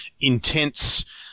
intense